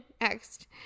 next